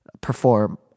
perform